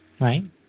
Right